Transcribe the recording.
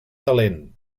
talent